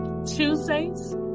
Tuesdays